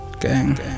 gang